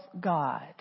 God